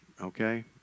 okay